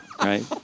Right